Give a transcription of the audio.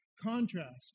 contrast